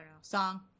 Song